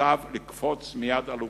מוטב לקפוץ מייד על אוכפו,